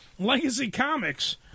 LegacyComics